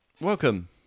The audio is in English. Welcome